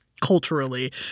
culturally